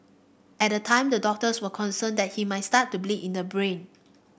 at the time the doctors were concerned that he might start to bleed in the brain